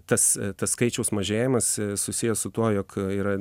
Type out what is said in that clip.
tas skaičiaus mažėjimas susijęs su tuo jog yra